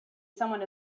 someone